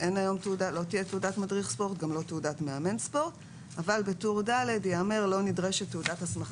ג' הרשאות הכלולות בתעודות מאמן ספורט טור ד' לא נדרשת תעודה "18.